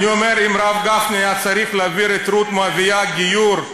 אני אומר: אם הרב גפני היה צריך להעביר את רות המואבייה גיור,